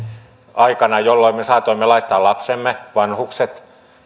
aikana jolloin me saatoimme laittaa lapsemme vanhukset